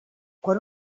quan